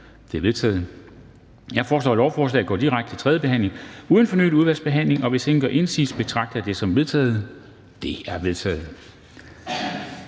Det er vedtaget. Jeg foreslår, at lovforslagene går direkte til tredje behandling uden fornyet udvalgsbehandling, og hvis ingen gør indsigelse, betragter jeg det som vedtaget. Det er vedtaget.